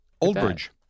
Oldbridge